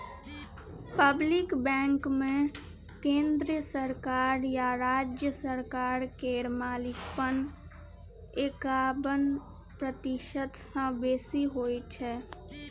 public बैंकमे केंद्र सरकार या राज्य सरकार केर मालिकपन एकाबन प्रतिशत सँ बेसी होइ छै